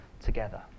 together